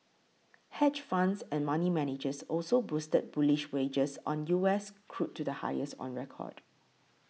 hedge funds and money managers also boosted bullish wagers on U S crude to the highest on record